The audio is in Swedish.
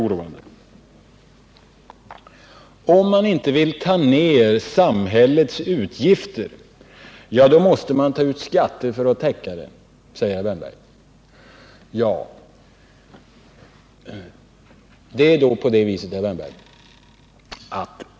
Om man inte vill minska samhällets utgifter, då måste man ta ut skatter för att täcka dem, säger herr Wärnberg.